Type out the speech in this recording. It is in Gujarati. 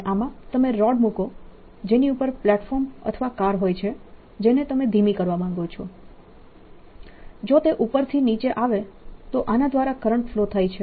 અને આમાં તમે રોડ મૂકો જેની ઉપર પ્લેટફોર્મ અથવા કાર હોય છે જેને તમે ધીમી કરવા માંગો છો જો તે ઉપરથી નીચે આવે તો આના દ્વારા કરંટ ફ્લો થાય છે